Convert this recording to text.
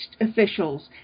officials